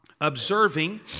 observing